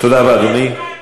תודה רבה, אדוני.